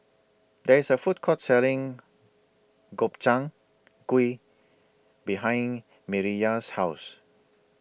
There IS A Food Court Selling Gobchang Gui behind Mireya's House